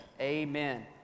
Amen